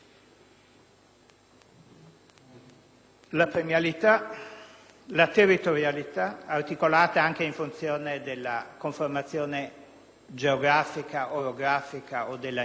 la premialità, la territorialità articolata anche infunzione della conformazione geografica, orografica o della insularità,